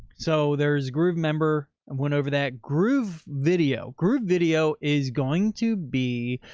so there's groovemember um went over that groovevideo groovevideo is going to be,